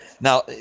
Now